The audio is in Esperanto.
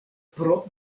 pro